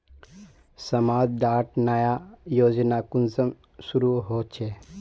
समाज डात नया योजना कुंसम शुरू होछै?